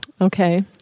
Okay